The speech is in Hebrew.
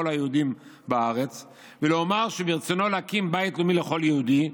היהודים בארץ ולומר שברצונו להקים בית לאומי לכל יהודי,